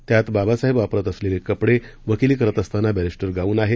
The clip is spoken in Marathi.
यामध्ये बाबासाहेब वापरत असलेले कपडे वकीली करत असतानाचा बसिस्टर गाऊन आहे